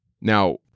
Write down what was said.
Now